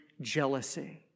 jealousy